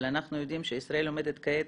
אבל אנחנו יודעים שישראל עומדת כעת